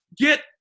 get